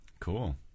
Cool